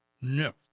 No